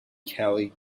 kelly